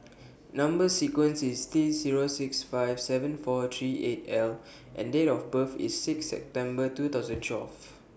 Number sequence IS T Zero six five seven four three eight L and Date of birth IS six September two thousand and twelve